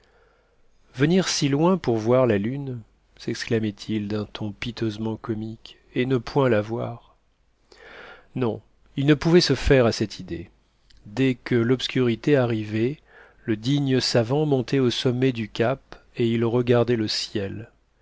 venir si loin pour voir la lune sexclamait il d'un ton piteusement comique et ne point la voir non il ne pouvait se faire à cette idée dès que l'obscurité arrivait le digne savant montait au sommet du cap et il regardait le ciel